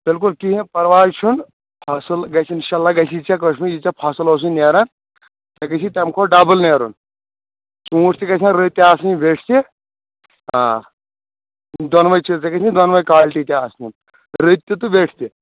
تیٚلہِ گوٚو کہیٖنۍ پرواے چھُنہٕ اصل گَژھِ انشاء اللہ گَژھِ ژےٚ کٲشر پٲٹھۍ یہِ ژےٚ فصل اوسُے نیران ژےٚ گَژھِ تمہِ کھۄتہٕ ڈبل نیرُن ژوٗنٹھۍ تہِ گَژھن رٕتۍ آسٕنۍ تہِ ویٹھۍ تہِ آ دۄنوٕے چیٖز ژےٚ گژھنٕے دۄنوٕے کالٹی تہِ آسنہِ رٕتۍ تہِ تہٕ ویٹھۍ تہِ